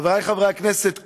חברי חברי הכנסת,